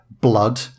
blood